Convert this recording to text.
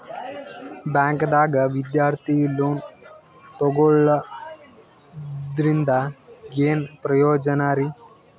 ಬ್ಯಾಂಕ್ದಾಗ ವಿದ್ಯಾರ್ಥಿ ಲೋನ್ ತೊಗೊಳದ್ರಿಂದ ಏನ್ ಪ್ರಯೋಜನ ರಿ?